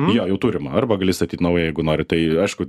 jo jau turimą arba gali statyt naują jeigu nori tai aišku